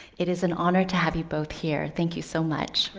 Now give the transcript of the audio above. it is an honor to have you both here. thank you so much.